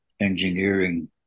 engineering